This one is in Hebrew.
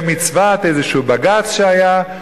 במצוות איזה בג"ץ שהיה,